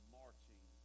marching